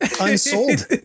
unsold